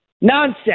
Nonsense